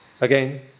Again